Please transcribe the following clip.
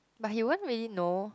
but he won't really know